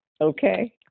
Okay